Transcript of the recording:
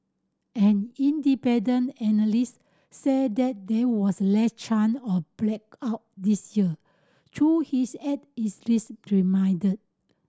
an independent analyst said that there was less chance or blackout this year though he is added is risk remained